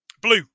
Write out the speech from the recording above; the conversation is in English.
Blue